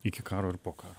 iki karo ir po karo